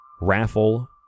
raffle